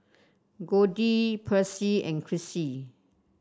Goldie Percy and Krissy